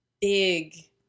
big